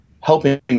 helping